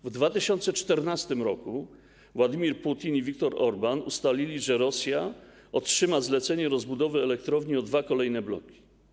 W 2014 r. Władymir Putin i Wiktor Orbán ustalili, że Rosja otrzyma zlecenie rozbudowy elektrowni o dwa kolejne bloki.